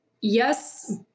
Yes